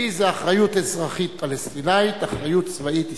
B זה אחריות אזרחית פלסטינית ואחריות צבאית ישראלית.